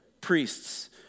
priests